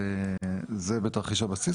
זה בתרחיש הבסיס,